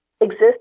exist